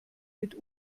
mit